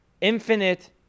infinite